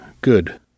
Good